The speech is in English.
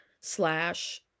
slash